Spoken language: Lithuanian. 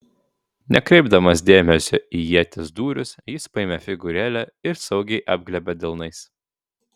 nekreipdamas dėmesio į ieties dūrius jis paėmė figūrėlę ir saugiai apglėbė delnais